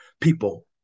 people